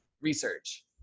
research